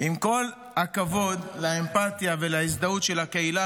עם כל הכבוד לאמפתיה ולהזדהות של הקהילה